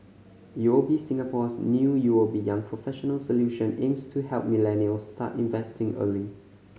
U O B Singapore's new U O B Young Professionals Solution aims to help millennials start investing early